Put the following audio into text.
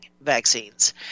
vaccines